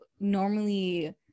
normally